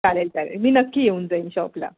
चालेल चालेल मी नक्की येऊन जाईन शॉपला